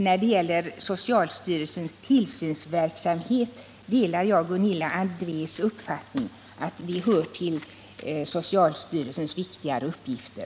När det gäller socialstyrelsens tillsynsverksamhet delar jag Gunilla Andrés uppfattning att den hör till socialstyrelsens viktigare uppgifter.